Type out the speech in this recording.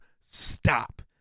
Stop